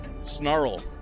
Snarl